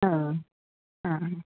आं आं